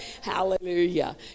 Hallelujah